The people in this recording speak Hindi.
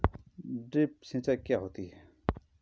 ड्रिप सिंचाई क्या होती हैं?